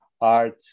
art